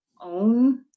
own